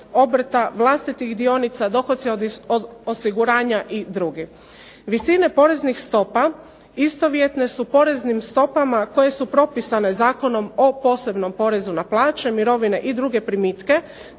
obrta, vlastitih dionica, dohoci od osiguranja i drugi. Visine poreznih stopa istovjetne su poreznim stopama koje su propisane Zakonom o posebnom porezu na plaće, mirovine i druge primitke,